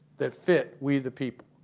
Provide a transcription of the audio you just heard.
that fit we the people?